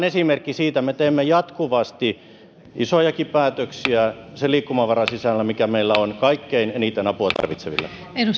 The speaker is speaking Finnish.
esimerkki siitä että me teemme jatkuvasti isojakin päätöksiä sen liikkumavaran sisällä mikä meillä on kaikkein eniten apua tarvitseville